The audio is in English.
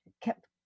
kept